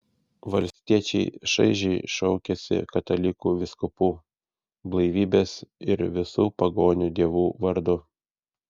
valstiečiai šaižiai šaukiasi katalikų vyskupų blaivybės ir visų pagonių dievų vardų